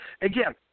Again